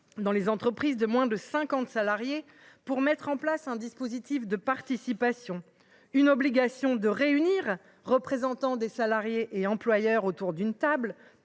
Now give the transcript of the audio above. dans les entreprises de moins de 50 salariés pour mettre en place un dispositif de participation. Il s’agit d’une obligation de réunir représentants des salariés et employeurs autour d’une table,